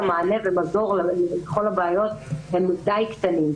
מענה ומזור לכל הבעיות הם מדי קטנים.